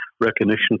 recognition